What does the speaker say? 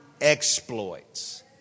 exploits